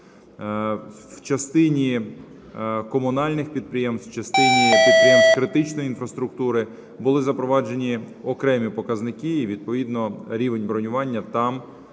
В частині комунальних підприємств, в частині підприємств критичної інфраструктури були запроваджені окремі показники і відповідно рівень бронювання там